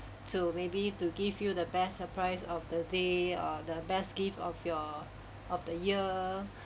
to maybe to give you the best surprise of the day err the best gift of your of the year